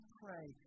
pray